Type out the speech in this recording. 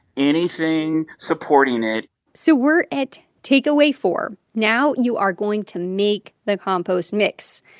anything supporting it so we're at takeaway four. now you are going to make the compost mix.